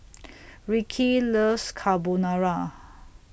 Rickey loves Carbonara